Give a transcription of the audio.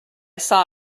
saw